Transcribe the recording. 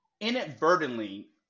inadvertently